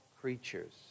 creatures